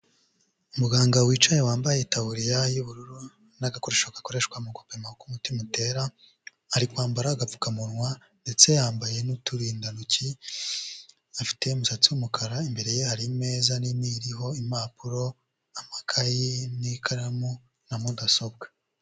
Umuganga wicaye wambaye itaburiya y'ubururu n'agakoresho gakoreshwa mu gupima uko umutima utera, ari kwambara agapfukamunwa ndetse yambaye nt'uturindantoki, afite umusatsi w'umukara. Imbere ye hari imeza nini iriho, impapuro, amakaye n'ikaramu na mudasobwa.